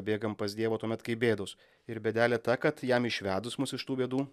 bėgam pas dievą tuomet kai bėdos ir bėdelė ta kad jam išvedus mus iš tų bėdų